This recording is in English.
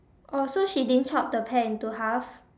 oh so she didn't cut the pear into half